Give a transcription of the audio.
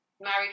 married